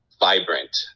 vibrant